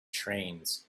trains